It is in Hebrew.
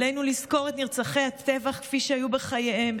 עלינו לזכור את נרצחי הטבח כפי שהיו בחייהם,